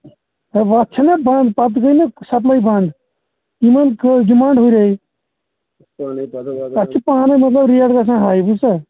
ہَے وَتھ چھَنا بنٛد پتہٕ گٔے نہٕ سپلے بنٛد یِمن کۭژ ڈِمانڈ ہُریہِ اَسہِ چھُ پانس ریٹ گژھان ہاے بوٗزتھا